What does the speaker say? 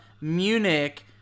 Munich